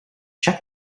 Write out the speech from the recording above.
check